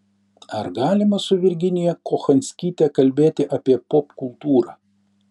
ar galima su virginija kochanskyte kalbėti apie popkultūrą